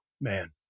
Man